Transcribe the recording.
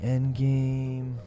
Endgame